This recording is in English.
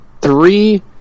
three